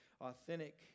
Authentic